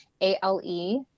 A-L-E